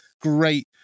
Great